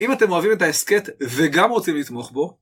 אם אתם אוהבים את ההסכת, וגם רוצים לתמוך בו.